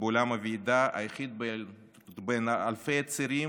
באולם הוועידה, היחיד בין אלפי צעירים,